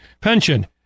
pension